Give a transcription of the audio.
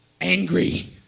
angry